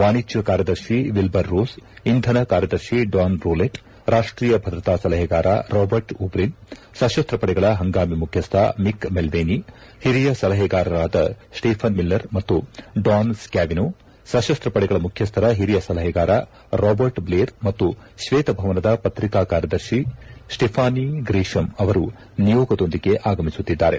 ವಾಣಿಜ್ಞ ಕಾರ್ಯದರ್ಶಿ ವಿಲ್ಲರ್ರೋಸ್ ಇಂಧನ ಕಾರ್ಯದರ್ಶಿ ಡಾನ್ ಬ್ರೊಲೆಟ್ ರಾಷ್ಷೀಯ ಭದ್ರತಾ ಸಲಹೆಗಾರ ರಾಬರ್ಟ್ ಒಬ್ರೀನ್ ಸಶಸ್ತ ಪಡೆಗಳ ಪಂಗಾಮಿ ಮುಖ್ಯಶ್ನ ಮಿಕ್ ಮುಲ್ಲೇನಿ ಹಿರಿಯ ಸಲಹೆಗಾರರಾದ ಸ್ವೀಫನ್ ಮಿಲ್ಲರ್ ಮತ್ತು ಡಾನ್ ಸ್ಟ್ಯಾವಿನೊ ಸಶಸ್ತ ಪಡೆಗಳ ಮುಖ್ಯಸ್ಥರ ಹಿರಿಯ ಸಲಹೆಗಾರ ರಾಬರ್ಟ್ ಭ್ಲೇರ್ ಮತ್ತು ಶ್ವೇತ ಭವನದ ಪ್ರತಿಕಾ ಕಾರ್ಯದರ್ಶಿ ಸ್ಸಿಫಾನಿ ಗ್ರೀಷಮ್ ಅವರು ನಿಯೋಗದೊಂದಿಗೆ ಆಗಮಿಸುತ್ತಿದ್ದಾರೆ